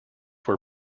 were